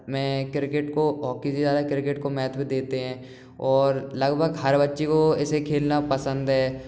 मैं क्रिकेट को हॉकी से ज़्यादा क्रिकेट को महत्व देते हैं और लगभग हर बच्चे को ऐसे खेलना पसंद है